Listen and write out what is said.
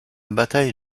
bataille